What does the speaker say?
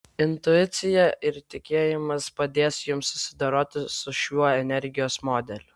intuicija ir tikėjimas padės jums susidoroti su šiuo energijos modeliu